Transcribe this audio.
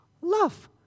love